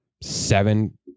Seven